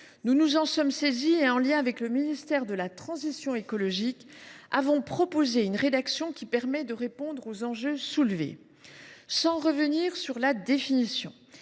nous nous sommes saisis. Ainsi, en lien avec le ministère de la transition écologique, nous avons proposé une rédaction permettant de répondre aux enjeux soulevés. Sans revenir sur la définition,